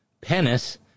penis